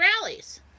rallies